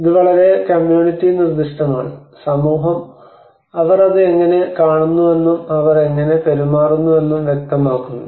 ഇത് വളരെ കമ്മ്യൂണിറ്റി നിർദ്ദിഷ്ടമാണ് സമൂഹം അവർ അത് എങ്ങനെ കാണുന്നുവെന്നും അവർ എങ്ങനെ പെരുമാറുന്നുവെന്നും വ്യക്തമാക്കുന്നു